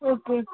okay